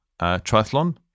triathlon